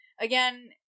Again